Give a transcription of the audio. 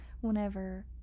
whenever